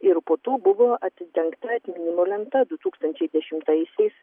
ir po to buvo atidengta atminimo lenta du tūkstančiai dešimtaisiais